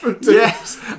Yes